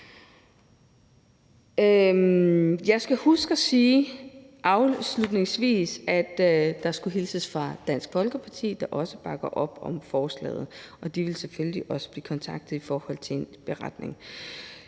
Jeg skal afslutningsvis huske at sige, at der skulle hilses fra Dansk Folkeparti, der også bakker op om forslaget, og de vil selvfølgelig også blive kontaktet i forhold til en beretning.